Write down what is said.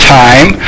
time